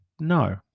No